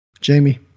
Jamie